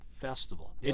festival